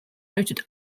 noted